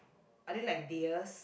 are they like deers